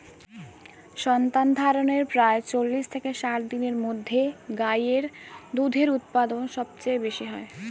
সন্তানধারণের প্রায় চল্লিশ থেকে ষাট দিনের মধ্যে গাই এর দুধের উৎপাদন সবচেয়ে বেশী হয়